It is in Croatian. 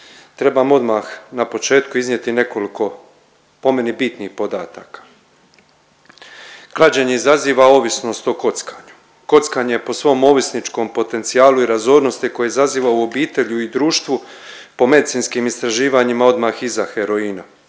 trebam odmah na početku iznijeti nekoliko po meni bitnih podataka. Klađenje izaziva ovisnost o kockanju, kockanje po svom ovisničkom potencijalu i razornosti koje izaziva u obitelji i društvu po medicinskim istraživanjima odmah iza heroina.